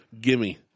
Gimme